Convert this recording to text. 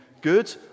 good